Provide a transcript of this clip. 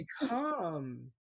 become